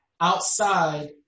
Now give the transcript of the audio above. outside